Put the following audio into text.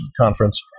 conference